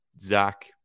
Zach